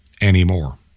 anymore